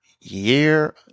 year